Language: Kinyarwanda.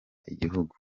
igihugu